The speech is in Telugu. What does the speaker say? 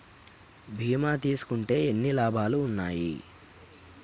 బీమా తీసుకుంటే ఎన్ని లాభాలు ఉన్నాయి?